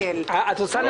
הוא